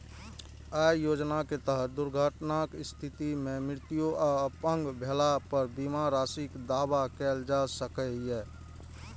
अय योजनाक तहत दुर्घटनाक स्थिति मे मृत्यु आ अपंग भेला पर बीमा राशिक दावा कैल जा सकैए